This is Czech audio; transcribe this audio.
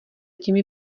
těmi